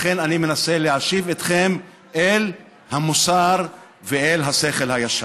לכן, אני מנסה להשיב אתכם אל המוסר ואל השכל הישר.